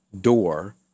door